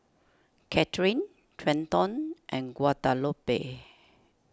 Cathrine Trenton and Guadalupe